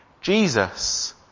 Jesus